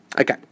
Okay